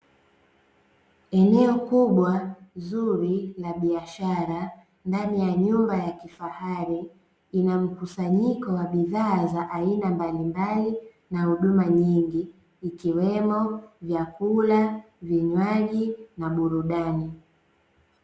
Eneo kubwa zuri la biashara ndani ya nyumba ya kifahari, ina mkusanyiko wa bidhaa za aina mbalimbali na huduma nyingi, ikiwemo; vyakula, vinywaji na burudani.